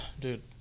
dude